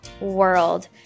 world